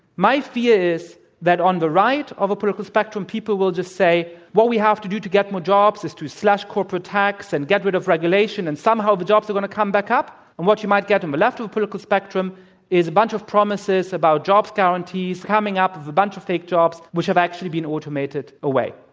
my fear is that on the right of a political spectrum people will just say what we have to do to get more jobs is to slash corporate tax and get rid of regulation and somehow the jobs are going to come back up. and what you might get on the left of a political spectrum is a bunch of promises about jobs guarantees and coming up with a bunch of fake jobs which have actually been automated away.